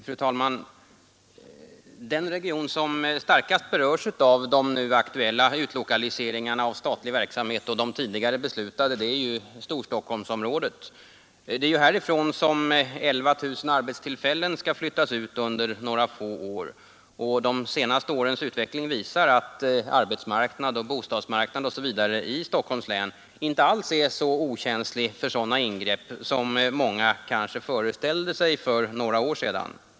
Fru talman! Den region som starkast berörs av de nu aktuella utlokaliseringarna av statlig verksamhet och de tidigare beslutade är ju Storstockholmsområdet. Det är härifrån som 11 000 arbetstillfällen skall flyttas ut under några få år. De senaste årens utveckling visar att arbetsmarknaden, bostadsmarknaden osv. i Stockholms län inte alls är så okänsliga för sådana ingrepp som många kanske föreställde sig för några år sedan.